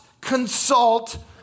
consult